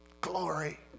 Glory